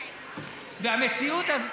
איך המשיח יבוא,